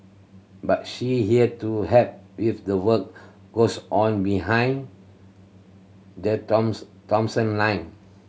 but she here to help with the work goes on behind the Thomson Thomson line